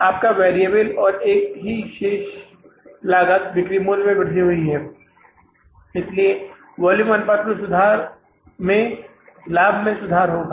आपका वैरिएबल और एक ही शेष लागत बिक्री मूल्य में वृद्धि हुई है इसलिए वॉल्यूम अनुपात में लाभ में सुधार होगा